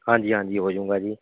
ਹਾਂਜੀ ਹਾਂਜੀ ਹੋੋਜੂਗਾ ਜੀ